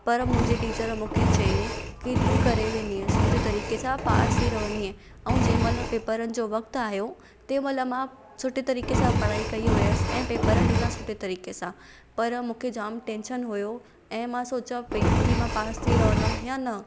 पर मुंहिंजी टीचर मूंखे चयाईं की तूं करे वेंदी सुठे तरीक़े सां पास थी रहंदीअं ऐं जंहिं महिल पेपरनि जो वक़्तु आहियो तंहिं महिल मां सुठे तरीक़े सां पढ़ाई कई हुयसि ऐं पेपर ॾिना सुठे तरीक़े सां पर मूंखे जाम टैंशन हुयो ऐं मां सोचां पई की मां पास थी रहंदमि या न